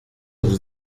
vous